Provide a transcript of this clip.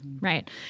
right